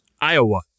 Iowa